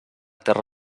terra